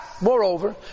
Moreover